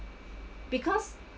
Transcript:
because